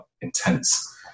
intense